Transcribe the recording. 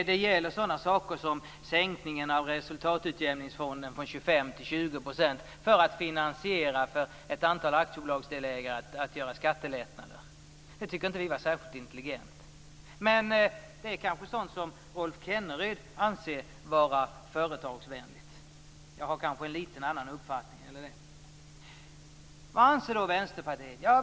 Det gäller sådana saker som sänkningen av resultatutjämningsfonden från 25 % till 20 % för att finansiera skattelättnader för ett antal aktiebolagsdelägare. Det tycker inte vi var särskilt intelligent. Men det är kanske sådant som Rolf Kenneryd anser är företagsvänligt. Jag har en litet annorlunda uppfattning när det gäller det. Vad anser då Vänsterpartiet?